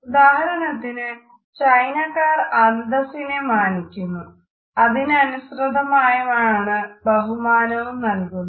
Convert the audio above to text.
ഉദാഹരണത്തിന് ചൈനക്കാർ അന്തസ്സിനെ മാനിക്കുന്നു അതിനനുസൃതമായാണ് ബഹുമാനവും നല്കുന്നത്